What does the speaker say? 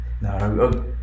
No